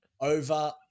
over